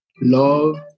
love